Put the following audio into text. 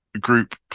group